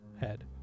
head